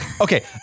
Okay